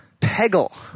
Peggle